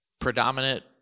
predominant